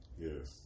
Yes